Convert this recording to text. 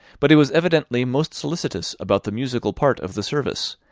but he was evidently most solicitous about the musical part of the service,